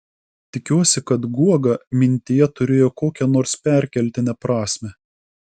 tikiuosi kad guoga mintyje turėjo kokią nors perkeltinę prasmę